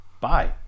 Bye